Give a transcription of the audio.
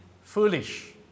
foolish